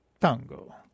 Tango